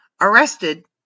arrested